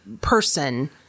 person